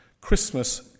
Christmas